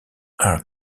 are